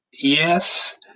Yes